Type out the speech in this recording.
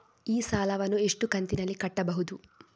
ಈ ಸಾಲವನ್ನು ಎಷ್ಟು ಕಂತಿನಲ್ಲಿ ಕಟ್ಟಬಹುದು?